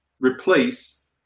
Replace